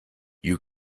you